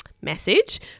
message